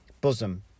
bosom